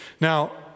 Now